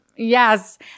Yes